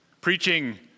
preaching